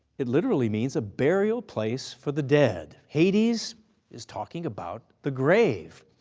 it literally means a burial place for the dead. hades is talking about the grave.